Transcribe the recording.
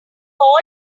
call